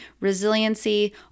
resiliency